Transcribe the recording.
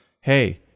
hey